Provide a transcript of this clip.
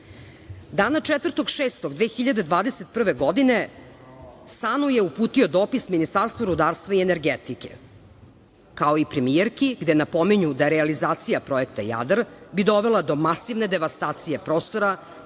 4.6.2021. godine SANU je uputio dopis Ministarstvu rudarstva i energetike, kao i premijerki gde napominju da realizacija Projekta "Jadar" bi dovela do masivne devastacije prostora,